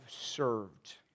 served